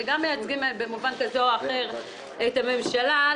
וגם מייצגים במובן כזה או אחר את הממשלה,